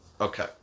Okay